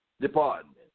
department